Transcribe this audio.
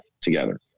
together